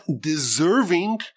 deserving